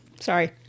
Sorry